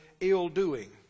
ill-doing